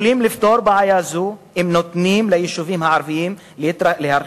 אפשר לפתור בעיה זו אם נותנים ליישובים הערביים להרחיב